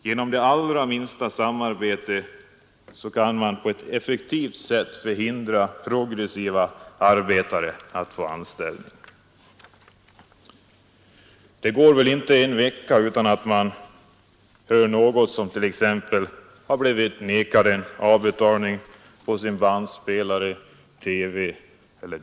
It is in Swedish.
Genom det allra minsta samarbete är detta ett effektivt sätt att förhindra progressiva arbetare att få anställning. Det går väl inte en vecka utan att man hör någon som har t.ex. blivit nekad avbetalning på sin bandspelare, TV e. d.